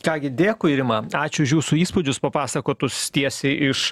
ką gi dėkui rima ačiū už jūsų įspūdžius papasakotus tiesiai iš